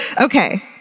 Okay